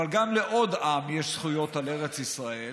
אבל גם לעוד עם יש זכויות על ארץ ישראל,